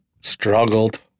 struggled